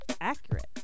accurate